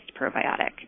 probiotic